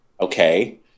okay